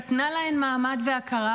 נתנה להן מעמד והכרה.